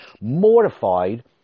Mortified